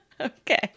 okay